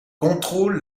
contrôle